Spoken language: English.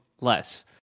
less